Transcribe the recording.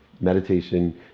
meditation